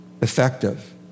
effective